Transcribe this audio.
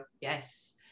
Yes